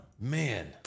Man